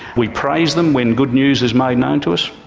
we praise them when good news is made known to us,